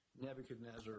Nebuchadnezzar